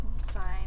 sign